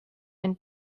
and